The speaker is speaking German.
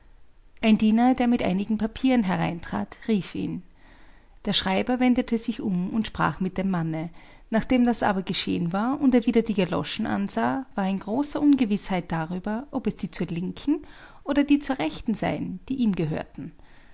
ein diener der mit einigen papieren hereintrat rief ihn der schreiber wendete sich um und sprach mit dem manne nachdem das aber geschehen war und er wieder die galoschen ansah war er in großer ungewißheit darüber ob es die zur linken oder die zur rechten seien die ihm gehörten